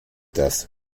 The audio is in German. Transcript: das